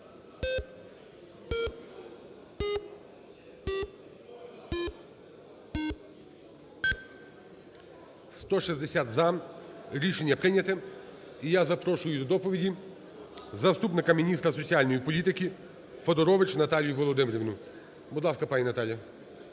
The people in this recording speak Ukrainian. За-160 Рішення прийнято. І я запрошую до доповіді заступника міністра соціальної політики Федорович Наталію Володимирівну. Будь ласка, пані Наталія.